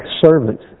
servant